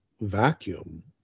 vacuum